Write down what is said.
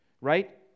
right